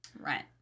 Right